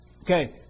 Okay